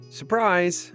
surprise